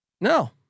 No